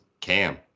Cam